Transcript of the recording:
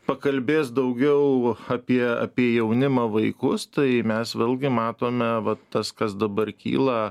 pakalbės daugiau apie apie jaunimą vaikus tai mes vėlgi matome va tas kas dabar kyla